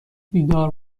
بیدار